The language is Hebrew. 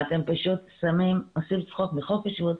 אתם עושים צחוק מחוק השבות,